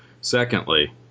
Secondly